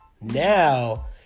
Now